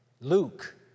Luke